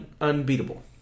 unbeatable